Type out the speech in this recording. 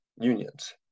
unions